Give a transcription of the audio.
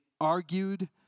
argued